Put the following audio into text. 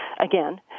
again